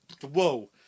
Whoa